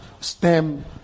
stem